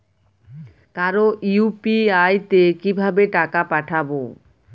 কারো ইউ.পি.আই তে কিভাবে টাকা পাঠাবো?